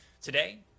Today